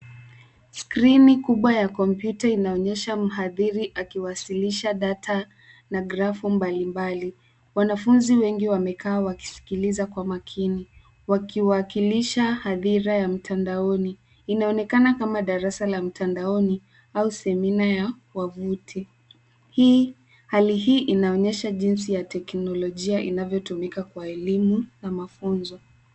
Skrini kubwa ya kompyuta inaonyesha mhadhiri akiwasilisha data na grafu mbalimbali. Wanafunzi wengi wamekaa wakisikiliza kwa makini wakiwakilisha hadhira ya mtandaoni. Inaonekana kama darasa la mtandaoni au semina ya wavuti. Hii hali hii inaonyesha jinsi ya teknolojia inavyotumika kwa elimu na mafunzo.